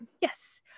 yes